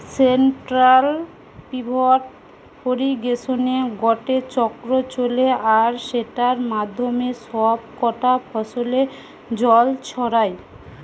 central pivot ইর্রিগেশনে গটে চক্র চলে আর সেটার মাধ্যমে সব কটা ফসলে জল ছড়ায়